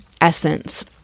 essence